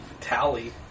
Tally